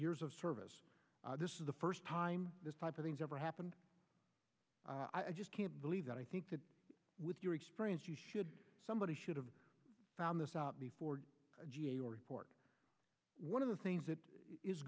years of service this is the first time this type of things ever happened i just can't believe that i think that with your experience you should somebody should have found this out before the g a o report one of the things that is